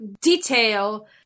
detail